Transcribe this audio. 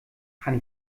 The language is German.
kann